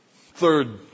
Third